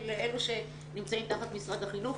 לאלה שנמצאים תחת משרד החינוך.